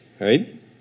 right